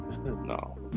No